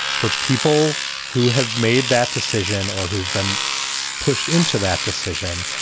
for people who have made that decision or who've been pushed into that decision.